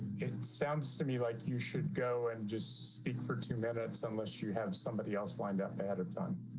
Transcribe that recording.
it sounds to me like you should go and just speak for two minutes, unless you have somebody else lined up ahead of time.